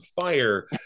fire